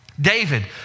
David